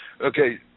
Okay